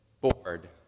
Bored